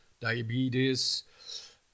diabetes